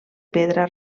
pedra